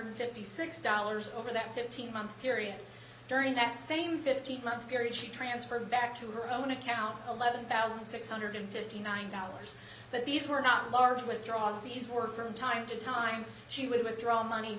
and fifty six dollars over that fifteen month period during that same fifteen month period she transferred back to her own account eleven one thousand six hundred and fifty nine dollars but these were not large withdraws these were from time to time she would withdraw money